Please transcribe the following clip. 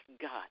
God